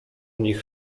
nich